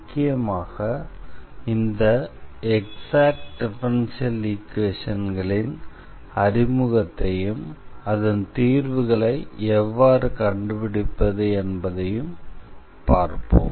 முக்கியமாக இந்த exact differential ஈக்வேஷன்களின் அறிமுகத்தையும் அதன் தீர்வுகளை எவ்வாறு கண்டுபிடிப்பது என்பதையும் பார்ப்போம்